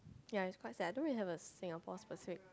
ya it's quite sad I don't really have a Singapore specific